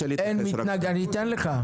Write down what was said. אין נמנעים,